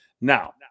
Now